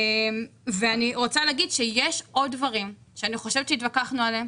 אני רוצה לומר שיש עוד דברים שאני חושבת שהתווכחנו עליהם